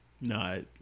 No